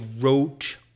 wrote